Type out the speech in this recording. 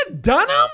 Dunham